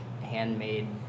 handmade